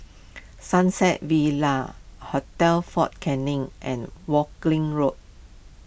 Sunset villa Hotel fort Canning and Woking Road